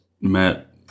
Matt